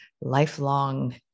lifelong